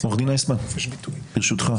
עורך דין איסמן, ברשותך.